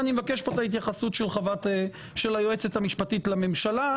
אני מבקש פה את ההתייחסות של היועצת המשפטית לממשלה.